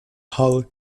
hull